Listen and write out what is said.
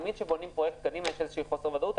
תמיד כשבונים פרויקט קדימה, יש חוסר ודאות.